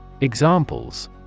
Examples